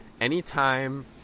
anytime